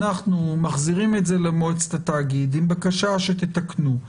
אתם מחזירים את זה למועצת התאגיד עם בקשה שיתקנו,